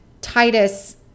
Titus